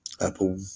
apple